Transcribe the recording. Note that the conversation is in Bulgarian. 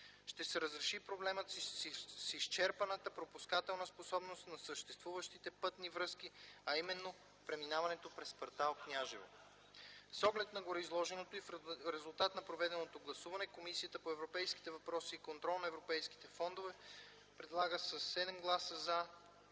Ще се реши проблемът с изчерпаната пропускателна способност на съществуващите пътни връзки, а именно преминаването през кв. Княжево. С оглед на гореизложеното и в резултат на проведеното гласуване, Комисията по европейските въпроси и контрол на европейските фондове предлага със 7 гласа „за”